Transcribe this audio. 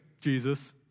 Jesus